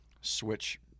switch